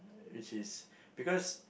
which is because